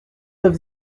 neuf